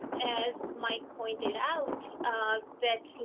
as mike pointed out that,